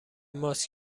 ماست